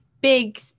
big